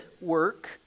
work